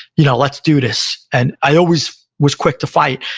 you know let's do this. and i always was quick to fight.